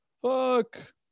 fuck